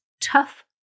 tough